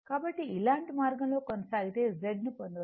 కాబట్టి ఇలాంటి మార్గం లో కొనసాగితే Z ను పొందవచ్చు